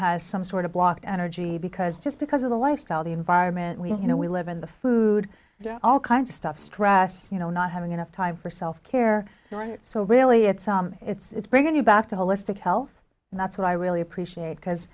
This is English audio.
has some sort of blocked energy because just because of the lifestyle the environment we you know we live in the food all kinds of stuff stress you know not having enough time for self care so really it's it's bringing you back to holistic health and that's what i really appreciate because